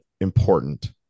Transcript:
important